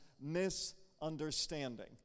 misunderstanding